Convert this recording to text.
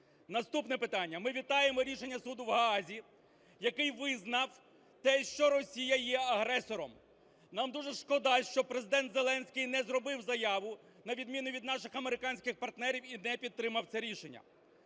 Наступне питання. Ми вітаємо рішення суду в Гаазі, який визнав те, що Росія є агресором. Нам дуже шкода, що Президент Зеленський не зробив заяву на відміну від наших американських партнерів і не підтримав це рішення.